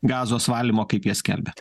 gazos valymo kaip jie skelbia